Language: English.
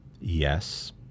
Yes